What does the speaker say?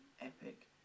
Epic